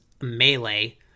melee